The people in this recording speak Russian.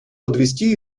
подвести